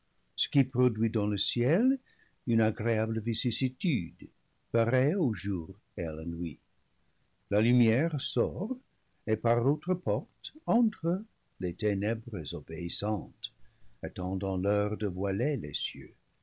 ce qui produit dans le ciel une agréable vicissitude pareille au jour et à la nuit la lumière sort et par l'autre porte entrent les ténèbres obéissantes attendant l'heure de voiler les cieux